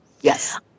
Yes